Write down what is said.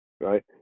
right